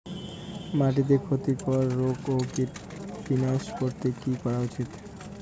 মাটিতে ক্ষতি কর রোগ ও কীট বিনাশ করতে কি করা উচিৎ?